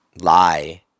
lie